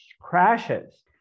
crashes